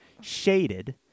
shaded